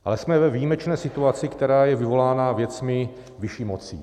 Ale jsme ve výjimečné situaci, která je vyvolána věcmi vyšší moci.